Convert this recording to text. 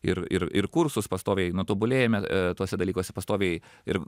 ir ir ir kursus pastoviai tobulėjame tuose dalykuose pastoviai ir